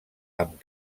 amb